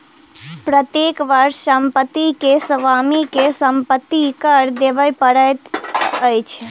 प्रत्येक वर्ष संपत्ति के स्वामी के संपत्ति कर देबअ पड़ैत छैन